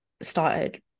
started